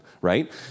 right